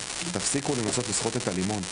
תפסיקו לנסות לסחוט את הלימון.